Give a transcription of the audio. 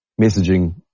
messaging